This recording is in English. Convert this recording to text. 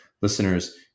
Listeners